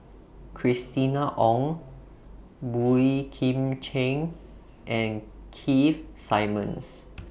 Christina Ong Boey Kim Cheng and Keith Simmons